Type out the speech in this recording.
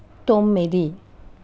తొమ్మిది